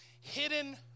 hidden